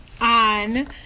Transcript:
on